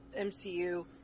MCU